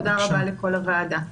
תודה רבה לכל הוועדה.